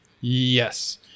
yes